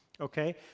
okay